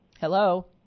Hello